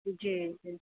जी जी